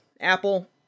Apple